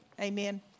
Amen